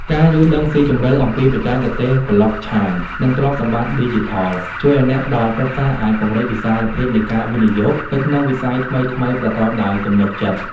ការយល់ដឹងស៊ីជម្រៅពីបច្ចេកវិទ្យា Blockchain និងទ្រព្យសម្បត្តិឌីជីថល ជួយឱ្យអ្នកផ្ដល់ប្រឹក្សាអាចពង្រីកវិសាលភាពនៃការវិនិយោគទៅក្នុងវិស័យថ្មីៗប្រកបដោយទំនុកចិត្ត។